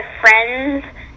friends